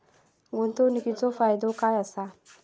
गुंतवणीचो फायदो काय असा?